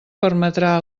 permetrà